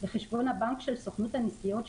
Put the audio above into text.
לחשבון הבנק של סוכנות הנסיעות,